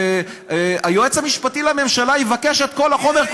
היועץ המשפטי לממשלה יבקש את כל החומר,